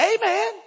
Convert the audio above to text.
Amen